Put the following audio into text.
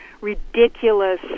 ridiculous